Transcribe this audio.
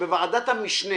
שבוועדת המשנה